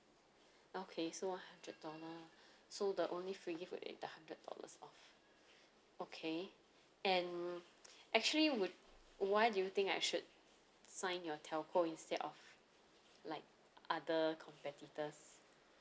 okay so one hundred dollar so the only free gift will be the hundred dollars off okay and actually would why do you think I should sign your telco instead of like other competitors